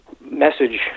message